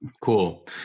Cool